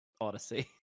Odyssey